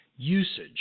usage